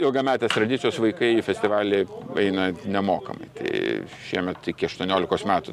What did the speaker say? ilgametės tradicijos vaikai festivaliai eina nemokamai tai šiemet iki aštuoniolikos metų